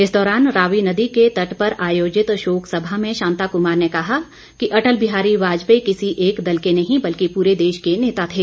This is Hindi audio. इस दौरान रावी नदी के तट पर आयोजित शोक सभा में शांता कुमार ने कहा कि अटल बिहारी वाजपेयी किसी एक दल के नहीं बल्कि पूरे देश के नेता थे